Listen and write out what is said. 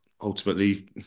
ultimately